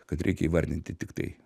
kad reikia įvardinti tiktai